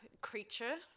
creature